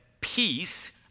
Peace